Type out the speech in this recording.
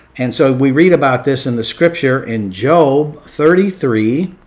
and so we read about this in the scripture in job thirty three,